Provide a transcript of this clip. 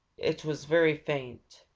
it was very faint,